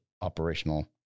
operational